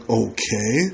okay